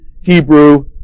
hebrew